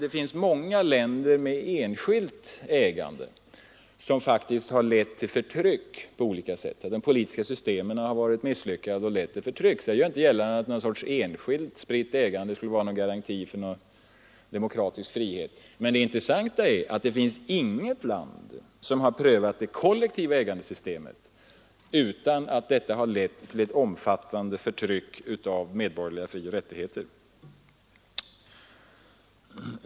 Det finns många länder med enskilt ägande i vilka det råder förtryck på olika sätt. Jag gör inte gällande att ett enskilt ägande skulle vara någon garanti för demokratisk frihet. Men det intressanta är att det inte finns något land som prövat det kollektiva ägandesystemet utan att detta lett till ett omfattande förtryck av medborgerliga frioch rättigheter.